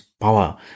power